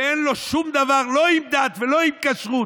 ואין לו שום דבר לא עם דת ולא עם כשרות,